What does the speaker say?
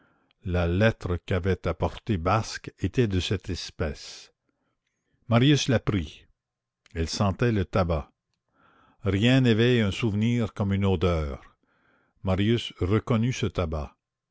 la lettre qu'avait apportée basque était de cette espèce marius la prit elle sentait le tabac rien n'éveille un souvenir comme une odeur marius reconnut ce tabac